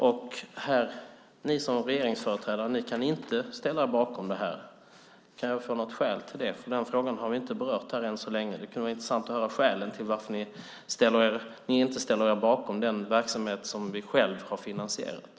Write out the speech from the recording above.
Men ni som regeringsföreträdare kan inte ställa er bakom detta. Kan jag få höra något skäl till det? Den frågan har vi än så länge inte berört här. Det kunde vara intressant att höra skälen till att ni inte ställer er bakom den verksamhet som vi själva har finansierat.